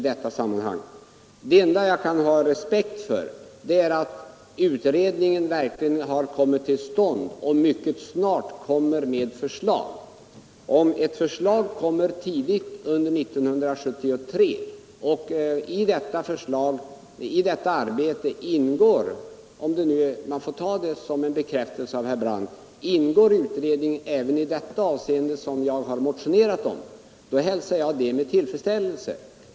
Det enda jag kan ha respekt för är att utredningen verkligen har kommit till stånd och mycket snart kommer att lägga fram förslag. Om sådant förslag läggs fram tidigt under 1973, och om det däri även ingår vad jag har motionerat om om jag får ta det som en bekräftelse av herr Brandt — så hälsar jag det med tillfredsställelse.